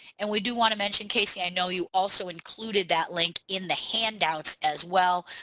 and we do want to mention casey i know you also included that link in the handouts as well.